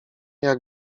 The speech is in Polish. jak